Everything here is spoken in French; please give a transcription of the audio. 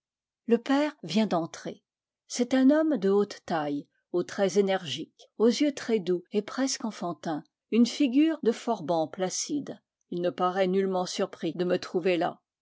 le père vient d'entrer c'est un homme de haute taille aux traits énergiques aux yeux très doux et presque enfan tins une figure de forban placide il ne paraît nullement surpris de me trouver là